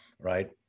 right